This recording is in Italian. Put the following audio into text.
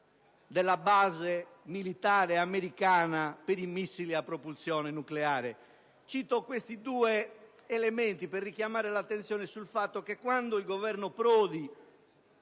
della base militare americana per missili a testata nucleare. Cito questi due dati per richiamare l'attenzione sul fatto che quando il Governo Prodi